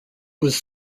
was